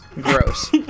Gross